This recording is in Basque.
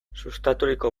sustaturiko